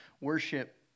worship